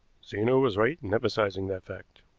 zena was right in emphasizing that fact.